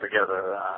together